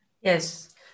yes